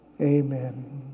Amen